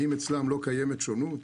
האם אצלם לא קיימת שונות?